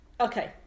Okay